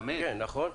תמיד, נכון?